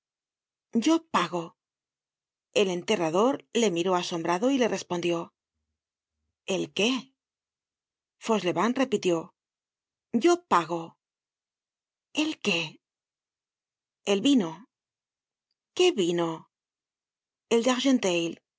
yo pago el enterrador le miró asombrado y le respondió el qué fauchelevent repitió yo pago el qué el vino content from google book search generated at qué vino el de